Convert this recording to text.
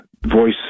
voice